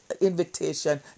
invitation